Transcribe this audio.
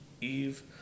Eve